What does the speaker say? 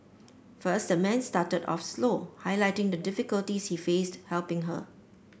first the man started off slow highlighting the difficulties he faced helping her